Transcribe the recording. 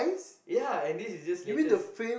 ya and this is just latest